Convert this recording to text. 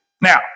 Now